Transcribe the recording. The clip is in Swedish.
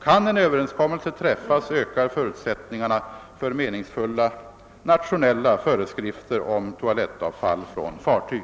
Kan en överenskommelse träffas ökar förutsättningarna för meningsfulla nationella föreskrifter om toalettavfall från fartyg.